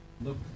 Look